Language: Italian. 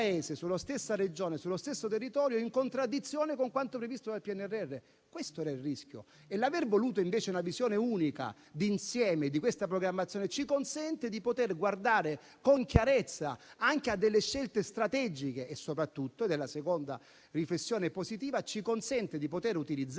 sullo stesso territorio, in contraddizione con quanto previsto dal PNRR. Questo era il rischio e l'aver voluto, invece, una visione unica e d'insieme di questa programmazione ci consente di guardare con chiarezza anche a delle scelte strategiche. Soprattutto, la seconda riflessione positiva è che ci consente di utilizzare,